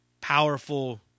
powerful